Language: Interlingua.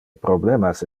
problemas